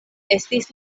estis